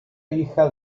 hija